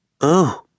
Oh